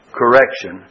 correction